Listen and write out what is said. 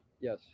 Yes